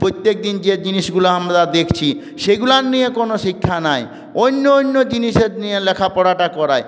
প্রত্যেক দিন যে জিনিসগুলো আমরা দেখছি সেইগুলো নিয়ে কোনও শিক্ষা নাই অন্য অন্য জিনিসের নিয়ে লেখাপড়াটা করায়